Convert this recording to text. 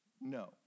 no